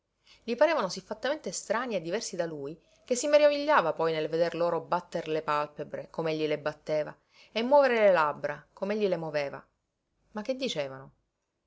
gli parevano siffattamente strani e diversi da lui che si meravigliava poi nel veder loro battere le pàlpebre com'egli le batteva e muovere le labbra com'egli le moveva ma che dicevano